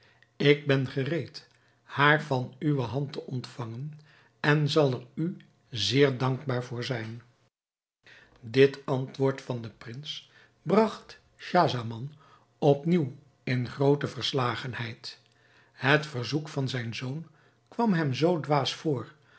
ik ben gereed haar van uwe hand te ontvangen en zal er u zeer dankbaar voor zijn dit antwoord van den prins bragt schahzaman op nieuw in groote verslagenheid het verzoek van zijn zoon kwam hem zoo dwaas voor